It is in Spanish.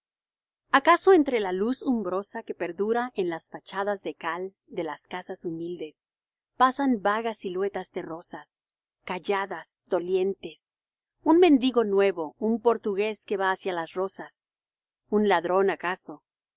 acaso entre la luz umbrosa que perdura en las fachadas de cal de las casas humildes pasan vagas siluetas terrosas calladas dolientes un mendigo nuevo un portugués que va hacia las rozas un ladrón